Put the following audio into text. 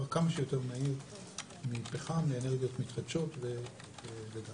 כמה שיותר מהיר מפחם לאנרגיות מתחדשות וגז.